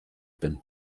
bin